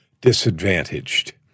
disadvantaged